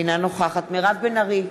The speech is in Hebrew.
אינה נוכחת מירב בן ארי,